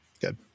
good